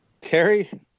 Terry